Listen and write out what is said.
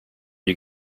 you